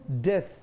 death